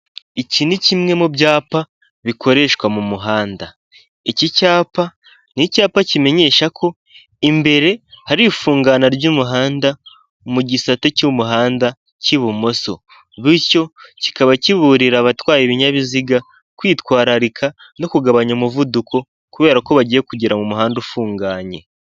Iki ni kimwe mu byapa bikoreshwa mu muhanda, iki cyapa ni icyapa kimenyesha ko imbere hari ifungana ry'umuhanda mu gisate cy'umuhanda cy'ibumoso, bityo kikaba kiburira abatwaye ibinyabiziga kwitwararika no kugabanya umuvuduko kubera ko bagiye kugera mu muhanda ufunganye.